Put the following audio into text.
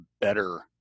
better